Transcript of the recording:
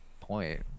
point